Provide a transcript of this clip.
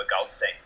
Goldstein